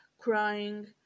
crying